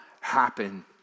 happen